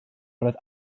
roedd